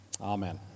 Amen